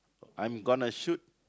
I'm gonna shoot